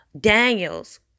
Daniels